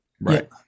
right